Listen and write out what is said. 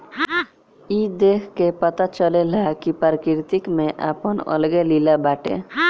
ई देख के पता चलेला कि प्रकृति के आपन अलगे लीला बाटे